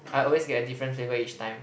I always get a different flavour each time